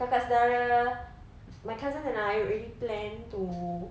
kakak sedara my cousins and I we already planned to